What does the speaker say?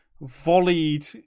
volleyed